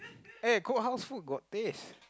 eh cookhouse food got taste